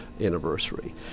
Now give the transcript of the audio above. anniversary